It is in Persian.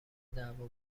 دعوا